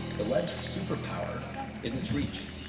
the web's superpower is its reach,